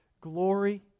glory